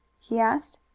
he asked.